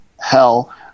hell